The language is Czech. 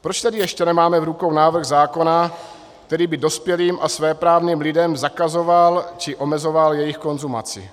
Proč tedy ještě nemáme v rukou návrh zákona, který by dospělým a svéprávným lidem zakazoval či omezoval jejich konzumaci?